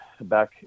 back